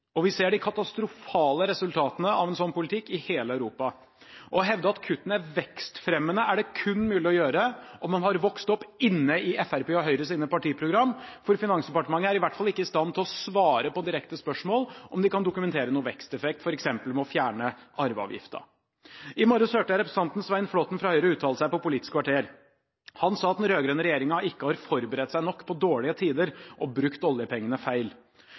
og vi ser de katastrofale resultatene av en slik politikk i hele Europa. Å hevde at kuttene er vekstfremmende er det kun mulig å gjøre om man har vokst opp inne i Fremskrittspartiets og Høyres partiprogram, for Finansdepartementet er i hvert fall ikke i stand til å svare på direkte spørsmål om de kan dokumentere noen veksteffekt, f.eks. ved å fjerne arveavgiften. I morges hørte jeg representanten Svein Flåtten fra Høyre uttale seg på Politisk kvarter. Han sa at den rød-grønne regjeringen ikke har forberedt seg nok på dårlige tider, og brukt oljepengene feil.